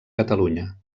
catalunya